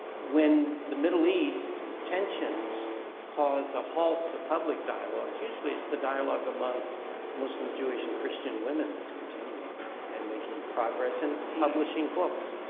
when the middle east tensions cause a halt to public dialogues, usually it's the dialogue among muslim, jewish, and christian women that's continuing and making progress and publishing books.